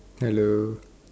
hello